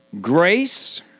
Grace